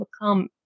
become